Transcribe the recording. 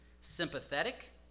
sympathetic